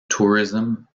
tourism